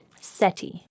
SETI